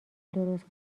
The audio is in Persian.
درست